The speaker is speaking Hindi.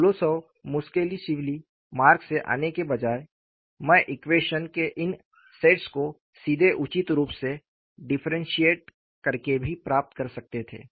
कोलोसोव मुस्केलिशविली मार्ग से आने के बजाय मैं ईक्वेशन के इन सेट्स को सीधे उचित रूप से डिफ्रेंशिएट करके भी प्राप्त कर सकते थे